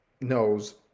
knows